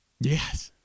Yes